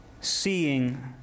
seeing